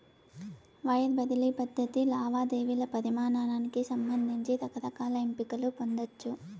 wire బదిలీ పద్ధతి లావాదేవీల పరిమానానికి సంబంధించి రకరకాల ఎంపికలు పొందచ్చు